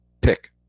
pick